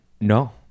no